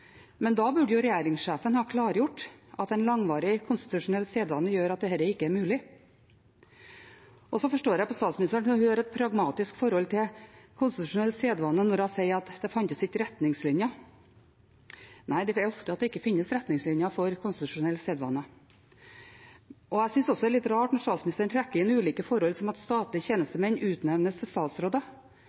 men da burde jo regjeringssjefen ha klargjort at en langvarig konstitusjonell sedvane gjør at dette ikke er mulig. Jeg forstår på statsministeren at hun har et pragmatisk forhold til konstitusjonell sedvane når hun sier at det ikke fantes retningslinjer. Nei, det er ofte at det ikke finnes retningslinjer for konstitusjonell sedvane. Jeg synes også at det er litt rart når statsministeren trekker inn ulike forhold, som at statlige tjenestemenn utnevnes til statsråder.